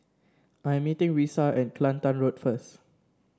I am meeting Risa at Kelantan Road first